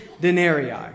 denarii